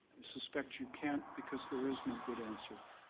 suspect you can't because there is no good answer,